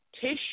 tissue